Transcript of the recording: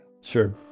Sure